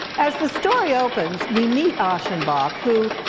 as the story opens we meet aschenbach, who,